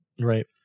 Right